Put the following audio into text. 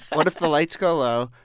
what if the lights go low,